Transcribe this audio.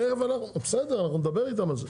אבל בסדר, אנחנו נדבר איתם על זה.